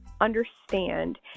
understand